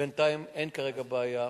בינתיים, אין כרגע בעיה.